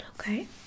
okay